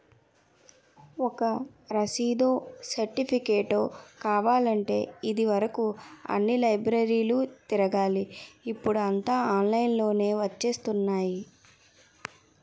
ఒక రసీదో, సెర్టిఫికేటో కావాలంటే ఇది వరుకు అన్ని లైబ్రరీలు తిరగాలి ఇప్పుడూ అంతా ఆన్లైన్ లోనే వచ్చేత్తున్నాయి